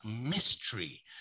mystery